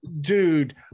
dude